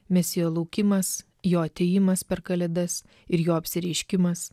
mesijo laukimas jo atėjimas per kalėdas ir jo apsireiškimas